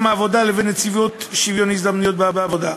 העבודה לבין נציבות שוויון הזדמנויות בעבודה.